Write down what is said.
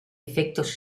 efectos